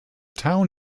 town